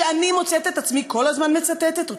שאני מוצאת את עצמי כל הזמן מצטטת אותו?